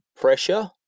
pressure